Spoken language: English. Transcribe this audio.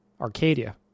Arcadia